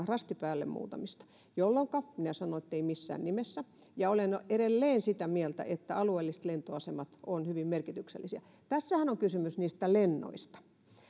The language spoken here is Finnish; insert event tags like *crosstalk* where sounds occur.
*unintelligible* rasti päälle jolloinka minä sanoin ettei missään nimessä ja olen edelleen sitä mieltä että alueelliset lentoasemat ovat hyvin merkityksellisiä tässähän on kysymys lennoista